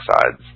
sides